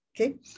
Okay